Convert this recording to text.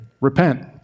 repent